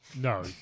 No